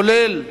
כולל